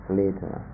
later